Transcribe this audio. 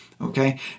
okay